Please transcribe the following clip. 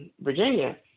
Virginia